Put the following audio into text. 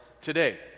today